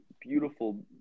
beautiful